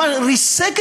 ריסק,